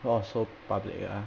!wah! so public ah